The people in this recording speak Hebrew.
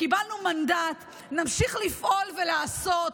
קיבלנו מנדט, נמשיך לפעול ולעשות.